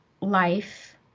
life